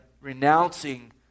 renouncing